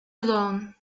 alone